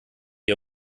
die